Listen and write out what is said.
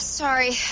sorry